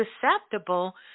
susceptible